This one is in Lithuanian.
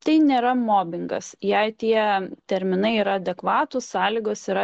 tai nėra mobingas jei tie terminai yra adekvatūs sąlygos yra